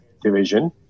division